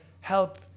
help